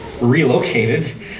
relocated